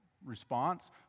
response